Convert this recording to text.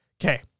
Okay